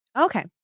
Okay